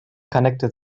connected